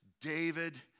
David